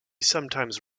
sometimes